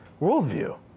worldview